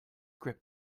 grip